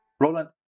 Roland